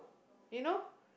you know